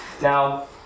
Now